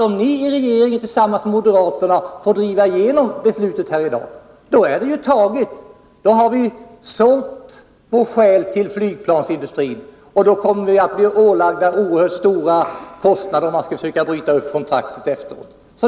Om ni i regeringen tillsammans med moderaterna får driva igenom beslutet här i dag är det ju fattat, och då har vi sålt vår själ till flygplansindustrin. Vi kommer att bli ålagda oerhört stora kostnader om vi skall försöka bryta upp kontraktet efteråt.